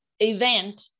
Event